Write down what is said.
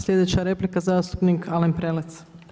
Sljedeća replika zastupnik Alen Prelec.